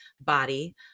Body